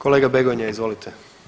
Kolega Begonja, izvolite.